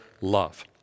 love